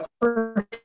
first